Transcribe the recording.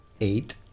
Eight